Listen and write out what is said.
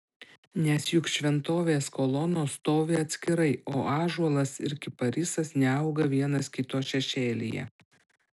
nes juk šventovės kolonos stovi atskirai o ąžuolas ir kiparisas neauga vienas kito šešėlyje